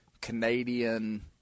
Canadian